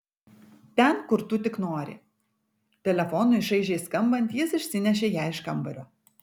ten kur tik tu nori telefonui šaižiai skambant jis išsinešė ją iš kambario